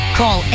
call